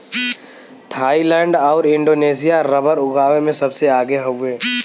Thailand आउर Indonesia rubber उगावे में सबसे आगे हउवे